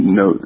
no